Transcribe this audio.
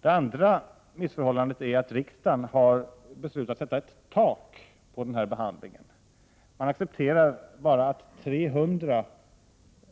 Det andra missförhållandet är att riksdagen har beslutat att sätta ett tak i fråga om denna behandling. Riksdagen accepterar att 300